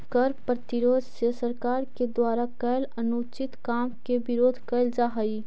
कर प्रतिरोध से सरकार के द्वारा कैल अनुचित काम के विरोध कैल जा हई